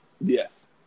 Yes